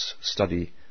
study